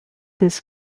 this